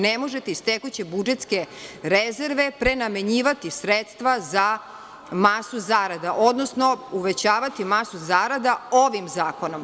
Ne možete iz tekuće budžetske rezerve prenamenjivati sredstva za masu zarada, odnosno uvećavati masu zarada ovim zakonom.